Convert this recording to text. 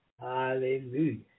Hallelujah